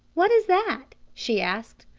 what is that? she asked.